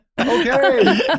Okay